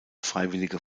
freiwillige